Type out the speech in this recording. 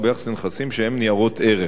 וביחס לנכסים שהם ניירות ערך,